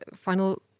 final